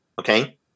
okay